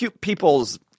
people's